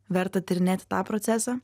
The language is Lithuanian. verta tyrinėti tą procesą